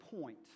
point